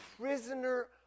prisoner